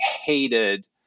hated